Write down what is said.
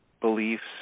beliefs